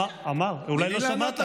סליחה,